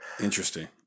Interesting